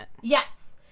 Yes